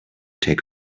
take